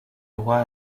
droit